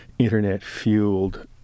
internet-fueled